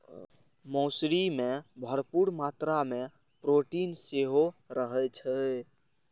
मौसरी मे भरपूर मात्रा मे प्रोटीन सेहो रहै छै